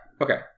Okay